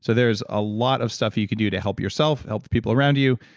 so there's a lot of stuff you could do to help yourself, help the people around you.